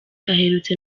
aherutse